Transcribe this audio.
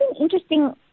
interesting